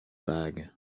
bag